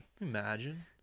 Imagine